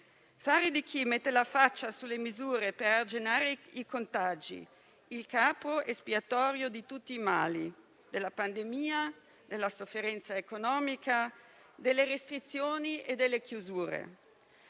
fare di chi mette la faccia sulle misure per arginare i contagi il capro espiatorio di tutti i mali (della pandemia, della sofferenza economica, delle restrizioni e delle chiusure);